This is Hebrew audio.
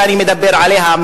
שאני מדבר עליה,